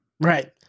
Right